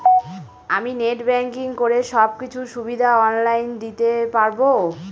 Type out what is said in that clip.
আমি net banking করে সব কিছু সুবিধা অন লাইন দিতে পারবো?